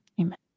Amen